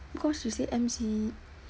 because she said M_C